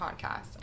podcast